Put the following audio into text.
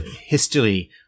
history